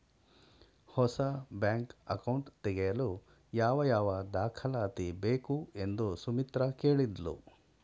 ಹೊಸ bank account ತೆಗೆಯಲು ಯಾವ ಯಾವ ದಾಖಲಾತಿ ಬೇಕು ಎಂದು ಸುಮಿತ್ರ ಕೇಳಿದ್ಲು